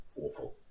awful